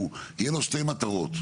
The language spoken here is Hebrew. שיהיו שתי מטרות.